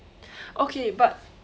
okay but